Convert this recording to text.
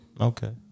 Okay